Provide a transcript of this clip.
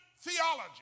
theology